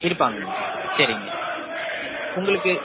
இருப்பாங்களா சரிங்க உங்களுக்கு